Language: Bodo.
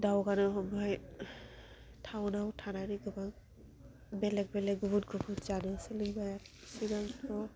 दावगानो हमबाय टाउनाव थानानै गोबां बेलेक बेलेक गुबुन गुबन जानो सोलोंबाय सिगांथ'